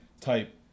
type